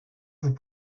vous